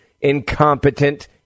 incompetent